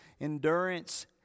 endurance